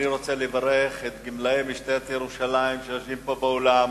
אני רוצה לברך את גמלאי משטרת ירושלים שיושבים פה באולם.